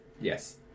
Yes